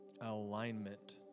alignment